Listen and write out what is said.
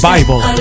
Bible